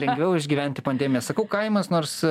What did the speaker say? lengviau išgyventi pandemiją sakau kaimas nors